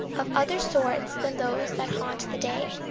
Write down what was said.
of other sort than those that haunt the day,